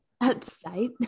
outside